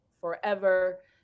forever